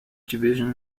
division